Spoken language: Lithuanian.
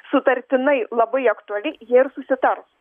sutartinai labai aktuali jie ir susitars